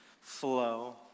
flow